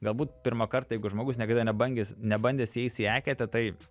galbūt pirmą kartą jeigu žmogus niekada nebangęs nebandęs eis į eketę tai